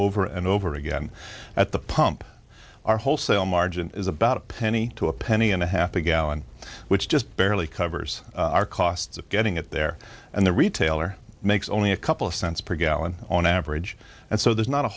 over and over again at the pump our wholesale margin is about a penny to a penny and a half a gallon which just barely covers our costs of getting at there and the retailer makes only a couple of cents per gallon on average and so there's not a